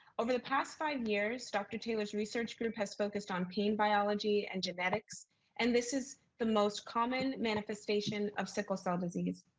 over the past five years, dr. taylor's research group has focused on pain biology and genetics and this is the most common manifestation of sickle cell disease.